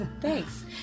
Thanks